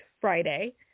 Friday